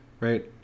Right